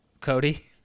Cody